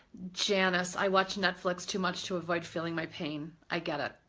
janice, i watch netflix too much to avoid feeling my pain. i get it.